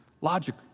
logic